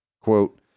Quote